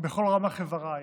בכל רמ"ח איברייך.